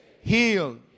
healed